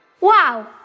Wow